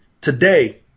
Today